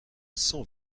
cent